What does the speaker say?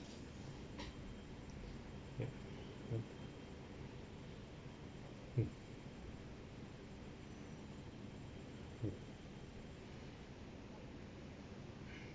ya mm mm mm